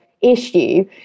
issue